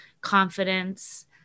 confidence